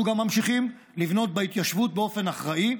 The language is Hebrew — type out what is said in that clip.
אנחנו גם ממשיכים לבנות בהתיישבות באופן אחראי,